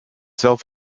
self